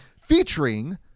featuring